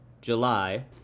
July